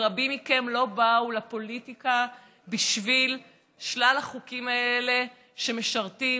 ורבים מכם לא באו לפוליטיקה בשביל שלל החוקים האלה שמשרתים